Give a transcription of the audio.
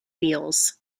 wheels